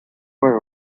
were